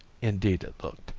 indeed, it looked,